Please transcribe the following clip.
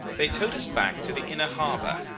they towed us back to the inner harbour,